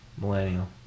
Millennial